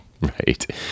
Right